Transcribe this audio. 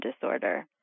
disorder